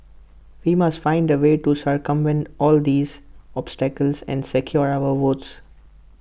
we must find A way to circumvent all these obstacles and secure our votes